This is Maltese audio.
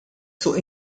suq